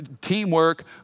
Teamwork